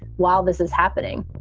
while this is happening